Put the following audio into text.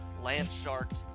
Landshark